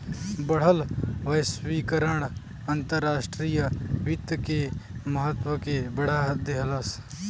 बढ़ल वैश्वीकरण अंतर्राष्ट्रीय वित्त के महत्व के बढ़ा देहलेस